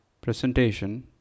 presentation